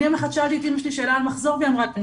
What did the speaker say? יום אחד שאלתי את אמא שלי שאלה על מחזור והיא אמרה 'אני